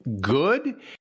good